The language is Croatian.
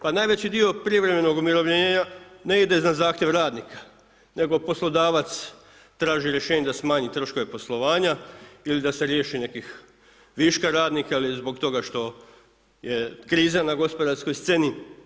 Pa najveći dio privremenog umirovljenja ne ide za zahtjev radnika, nego poslodavac traži rješenje da smanji troškove poslovanja ili da se riješi nekih viška radnika ili zbog toga što je kriza na gospodarskoj sceni.